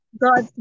God